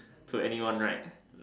to anyone right